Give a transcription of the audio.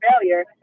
failure